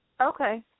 Okay